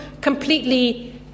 completely